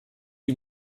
you